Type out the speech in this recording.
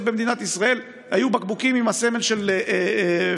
במדינת ישראל היו בקבוקים עם הסמל של פניציה.